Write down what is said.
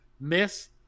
miss